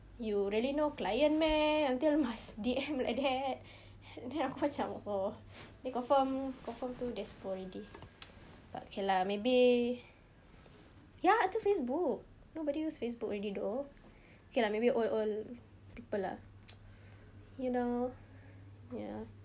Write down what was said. you really no client meh until must D_M like that then aku macam oh ini confirm confirm too despo already but okay lah maybe ya until facebook nobody use facebook already though okay lah maybe old old people lah you know ya